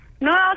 No